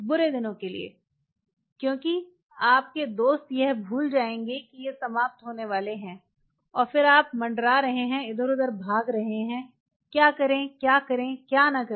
बुरे दिनों के लिए क्योंकि आपके दोस्त यह भूल जाएंगे कि ये समाप्त होने वाले हैं और फिर आप मँडरा रहे हैं इधर उधर भाग रहे हैं क्या करें क्या करें क्या न करें